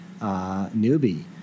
newbie